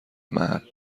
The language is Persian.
محل